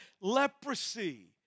leprosy